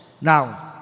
Nouns